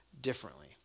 differently